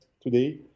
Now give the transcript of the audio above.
today